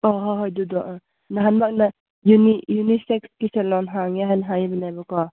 ꯑꯣ ꯍꯣꯏ ꯍꯣꯏ ꯑꯗꯨꯗꯣ ꯑꯥ ꯅꯍꯥꯟꯃꯨꯛꯅ ꯌꯨꯅꯤꯁꯦꯛꯁꯀꯤ ꯁꯦꯂꯣꯟ ꯍꯥꯡꯉꯦ ꯍꯥꯏꯅ ꯍꯥꯏꯕꯅꯦꯕꯀꯣ